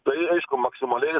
tai aišku maksimaliai